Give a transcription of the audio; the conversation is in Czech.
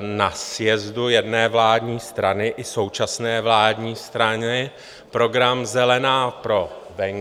na sjezdu jedné vládní strany i současné vládní strany program Zelená pro venkov.